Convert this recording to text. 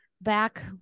back